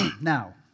Now